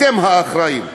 אתם האחראים.